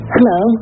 Hello